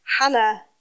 hannah